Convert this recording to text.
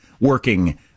working